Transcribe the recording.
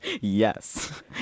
yes